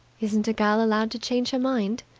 isn't a girl allowed to change her mind?